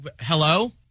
Hello